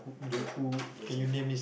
the there's a